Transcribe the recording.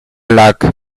like